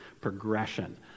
progression